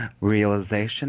realization